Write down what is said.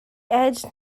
edged